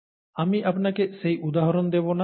আমি আপনাকে সেই উদাহরণ দেব না